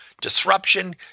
disruption